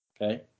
Okay